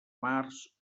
març